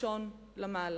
הראשון למהלך.